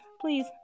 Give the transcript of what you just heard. please